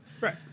Right